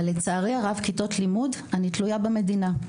אבל לצערי הרב בכיתות לימוד אני תלויה במדינה.